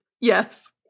Yes